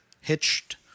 hitched